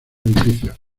edificios